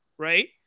right